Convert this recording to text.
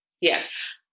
yes